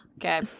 Okay